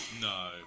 No